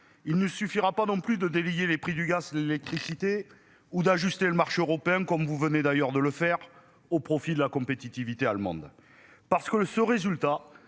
Il ne suffira pas non plus de délier les prix du gaz, d'électricité ou d'ajuster le marché européen comme vous venez d'ailleurs de le faire au profit de la compétitivité allemande. Parce que le, ce résultat